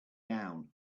down